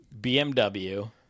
bmw